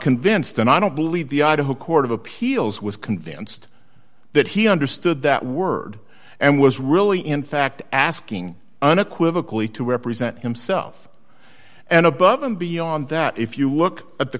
convinced and i don't believe the idaho court of appeals was convinced that he understood that word and was really in fact asking unequivocal he to represent himself and above and beyond that if you look at the